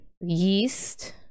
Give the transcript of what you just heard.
yeast